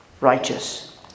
righteous